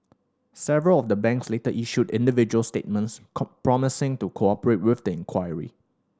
several of the banks later issued individual statements promising to cooperate with the inquiry